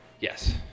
Yes